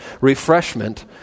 refreshment